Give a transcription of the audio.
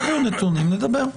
תביאו נתונים, נדבר.